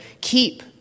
Keep